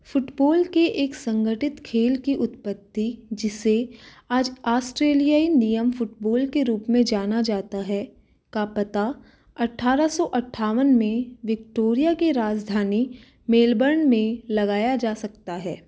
football के एक संगठित खेल की उत्पत्ति जिसे आज ऑस्ट्रेलियाई नियम फ़ुटबॉल के रूप में जाना जाता है का पता अट्ठारह सौ अट्ठावन में विक्टोरिया की राजधानी मेलबर्न में लगाया जा सकता है